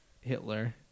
Hitler